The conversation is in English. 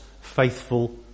faithful